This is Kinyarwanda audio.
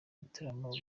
gitaramo